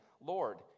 Lord